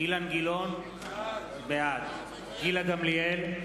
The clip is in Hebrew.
אילן גילאון, בעד גילה גמליאל,